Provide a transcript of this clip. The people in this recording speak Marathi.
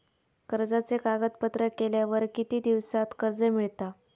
कर्जाचे कागदपत्र केल्यावर किती दिवसात कर्ज मिळता?